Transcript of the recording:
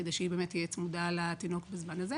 כדי שהיא תהיה צמודה לתינוק בזמן הזה.